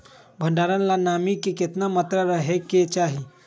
भंडारण ला नामी के केतना मात्रा राहेके चाही?